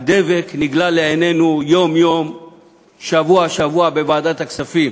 הדבק הנגלה לעינינו יום-יום שבוע-שבוע בוועדת הכספים